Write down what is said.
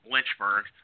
Lynchburg